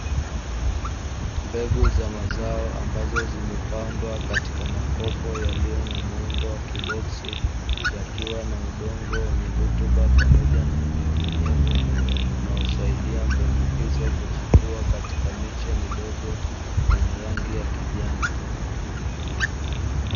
Mbegu za mazao ambazo zimepandwa katika makopo yaliyo na muundo wa kiboksi, yakiwa na udongo wenye rutuba pamoja na unyevunyevu unaosaidia mbegu hizo kuchipua katika miche midogo yenye rangi ya kijani.